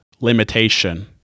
limitation